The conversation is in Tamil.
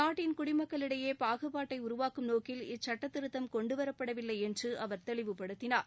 நாட்டின் குடிமக்களிடையே பாகுபாட்டை உருவாக்கும் நோக்கில் இச்சுட்டத் திருத்தம் கொண்டுவரப்படவில்லை என்று அவர் தெளிவுப்படுத்தினார்